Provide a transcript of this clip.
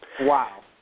Wow